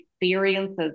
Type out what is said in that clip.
experiences